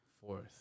fourth